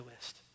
list